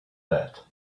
that